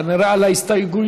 כנראה על ההסתייגויות,